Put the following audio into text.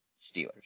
Steelers